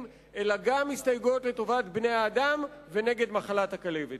אלא גם הסתייגויות לטובת בני-האדם ונגד מחלת הכלבת.